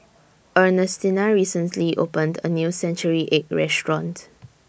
Ernestina recently opened A New Century Egg Restaurant